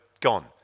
gone